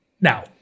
now